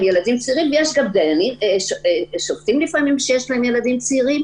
ילדים צעירים ויש גם שופטים שיש להם ילדים צעירים